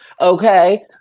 okay